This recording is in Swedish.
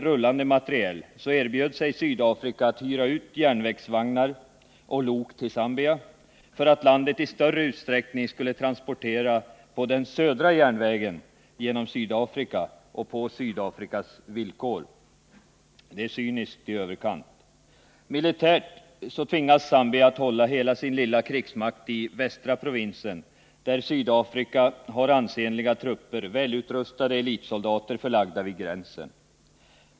rullande materiel — erbjöd sig Sydafrika att hyra ut järnvägsvagnar och lok till Zambia, för att landet i större utsträckning skulle transportera på den södra järnvägen genom Sydafrika och på Sydafrikas villkor. Det är cyniskt i överkant. Militärt tvingas Zambia hålla hela sin lilla krigsmakt i västra provinsen, där Sydafrika har ansenliga trupper välutrustade elitsoldater förlagda vid gränsen.